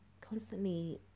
constantly